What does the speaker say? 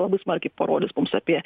labiai smarkiai parodys mums apie